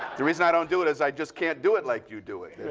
the reason i don't do it is i just can't do it like you do it.